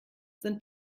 sind